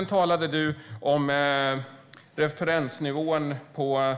Du talade om referensnivån för